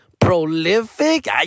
prolific